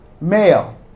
male